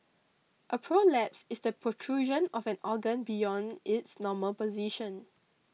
a prolapse is the protrusion of an organ beyond its normal position